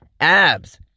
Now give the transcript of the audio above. abs